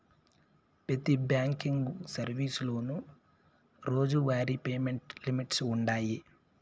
పెతి బ్యాంకింగ్ సర్వీసులోనూ రోజువారీ పేమెంట్ లిమిట్స్ వుండాయి